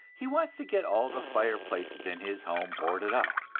he wants to get all the fireplaces in his home boarded up,